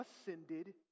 ascended